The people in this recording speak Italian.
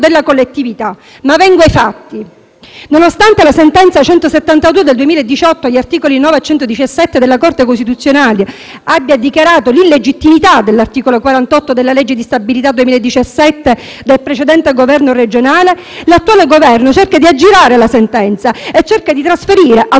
Nonostante la sentenza n. 172 del 2018 agli articoli 9 e 117 della Corte costituzionale abbia dichiarato l'illegittimità dell'articolo 48 della legge di stabilità 2017, del precedente Governo regionale, l'attuale Governo cerca di aggirare la sentenza e cerca di trasferire ad un organo politico il potere decisionale su questioni